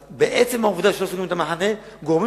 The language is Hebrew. בעצם העובדה שלא סוגרים את המחנה גורמים